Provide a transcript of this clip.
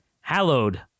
hallowed